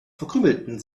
verkrümelten